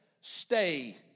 stay